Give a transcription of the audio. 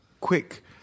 Quick